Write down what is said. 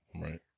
right